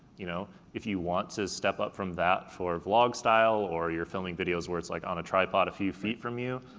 you know if you want to step up from that, for vlog style or you're filming videos where it's like on a tripod a few feet from you,